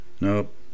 Nope